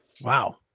Wow